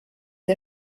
der